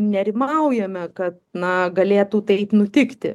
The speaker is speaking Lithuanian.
nerimaujame kad na galėtų taip nutikti